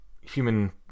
human